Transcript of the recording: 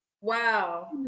Wow